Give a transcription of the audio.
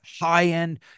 high-end